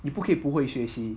你不可以不会学习